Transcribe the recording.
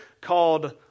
called